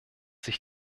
sich